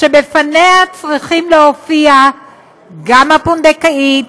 שלפניה צריכים להופיע גם הפונדקאית